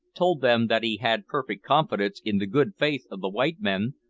told them that he had perfect confidence in the good faith of the white men,